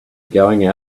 going